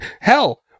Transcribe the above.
Hell